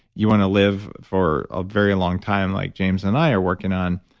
you want to live for a very long time like james and i are working on,